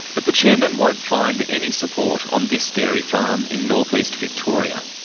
but the chairman won't find any support on this dairy farm in north-east victoria.